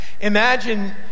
Imagine